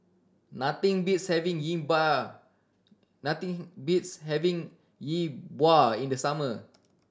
nothing beats having Yi Bua nothing beats having Yi Bua in the summer